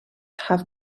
have